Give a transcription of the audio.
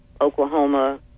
Oklahoma